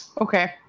Okay